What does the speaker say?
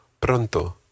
pronto